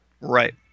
Right